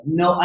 no